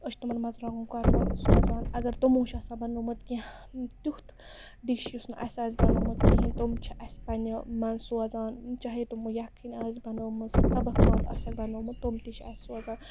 أسۍ چھِ تٔمَن مَژروانگن کۄرمہٕ سوزان اَگر تِمو چھُ آسان بنوومُت کیٚنہہ تیُتھ ڈِش یُس نہٕ اَسہِ آسہِ بنوومُت کِہینۍ تِم چھِ اَسہِ پَنٕنہِ منٛز سوزان چاہے تٔمَو یَخںۍ آسہِ بَنٲومٔژ تَبَکھ ماز آسیکھ بَنوومُت تِم تہِ چھ اَسہِ سوزان